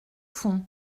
fond